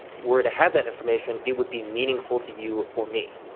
were to have that information, it would be meaningful to you or me.